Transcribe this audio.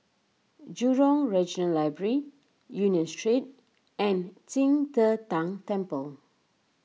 Jurong Regional Library Union Street and Qing De Tang Temple